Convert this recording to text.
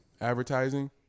advertising